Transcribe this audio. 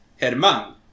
Herman